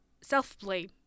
self-blame